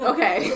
Okay